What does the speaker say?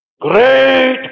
Great